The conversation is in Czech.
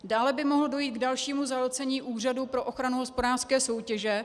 Dále by mohlo dojít k dalšímu zahlcení Úřadu po ochranu hospodářské soutěže.